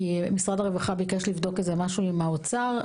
משרד הרווחה ביקש לבדוק משהו עם האוצר,